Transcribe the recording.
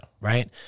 Right